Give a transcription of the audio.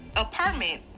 apartment